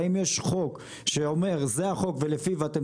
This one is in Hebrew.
האם יש חוק שאומר זה החוק ולפיו אתם